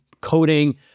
coding